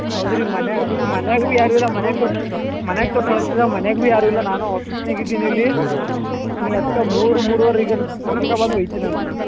ಹೌದ್ರಿ ಮನೆಯಾಗ್ ಮನೆಯಾಗ್ ಬಿ ಯಾರು ಇಲ್ಲ ಮನೆ ತೊ ಮನೆ ತೊ ಕಳ್ಸಿದೆ ಮನೆಯಾಗ್ ಬಿ ಯಾರು ಇಲ್ಲ ನಾನು ಆಫೀಸ್ನಲ್ಲಿ ಇದ್ದೀನಿ ಇಲ್ಲಿ ಅವ್ನಿಗೆ ಅದ್ಕೆ ಮೂರು ಮೂರುವರೆ ಗ ತಗೊ ಬಂದು ಹೋಗ್ತೀನಂತ್ ನಾ